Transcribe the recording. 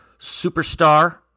superstar